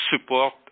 support